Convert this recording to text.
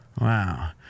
Wow